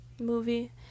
movie